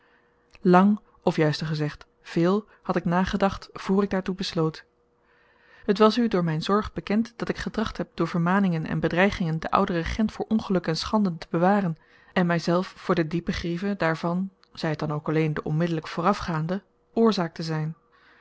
lang of juister gezegd veel had ik nagedacht voor ik daartoe besloot het was u door myn zorg bekend dat ik getracht heb door vermaningen en bedreigingen den ouden regent voor ongeluk en schande te bewarenen myzelf voor de diepe grieve daarvan zy t dan ook alleen de onmiddelyk voorafgaande oorzaak te zyn